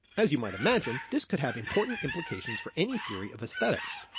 as you might imagine, this could have important implications for any theory of aesthetics.